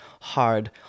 hard